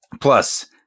plus